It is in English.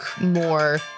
more